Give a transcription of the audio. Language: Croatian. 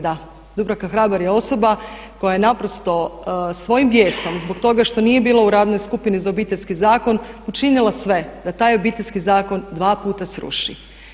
Da, Dubravka Hrabar je osoba koja je naprosto svojim bijesom zbog toga što nije bila u radnoj skupini za Obiteljski zakon učinila sve da taj Obiteljski zakon dva puta sruši.